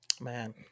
Man